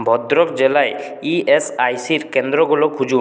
ভদ্রক জেলায় ইএসআইসি র কেন্দ্রগুলো খুঁজুন